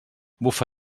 bufa